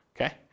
okay